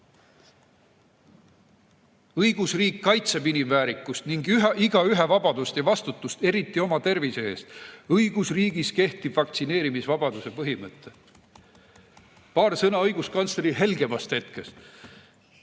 Õigusriik kaitseb inimväärikust ning igaühe vabadust ja vastutust eriti oma tervise eest. Õigusriigis kehtib vaktsineerimisvabaduse põhimõte."Paar sõna õiguskantsleri helgemast hetkest.